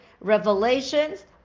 revelations